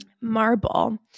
marble